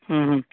હં હં